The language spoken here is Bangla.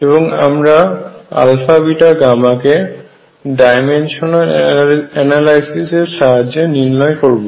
এবং আমরা α β γ কে ডাইমেনশনাল এনালাইসিস এর সাহায্যে নির্ণয় করবো